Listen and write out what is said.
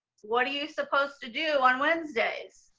what are you supposed to do on wednesdays?